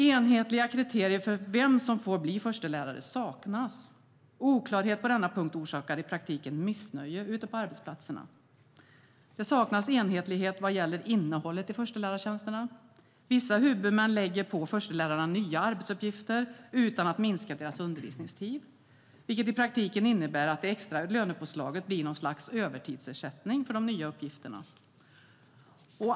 Enhetliga kriterier för vem som får bli förstelärare saknas. Oklarhet på denna punkt orsakar i praktiken missnöje ute på arbetsplatserna. Det saknas enhetlighet vad gäller innehållet i förstelärartjänsterna. Vissa huvudmän lägger på förstelärarna nya arbetsuppgifter utan att minska deras undervisningstid, vilket i praktiken innebär att det extra lönepåslaget blir något slags övertidsersättning för de nya uppgifterna.